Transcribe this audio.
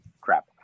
crap